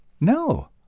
No